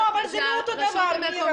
זה לא אותו הדבר.